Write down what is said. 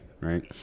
Right